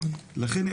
לכן,